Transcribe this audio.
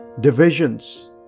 divisions